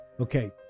Okay